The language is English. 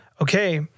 okay